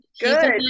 good